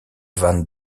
van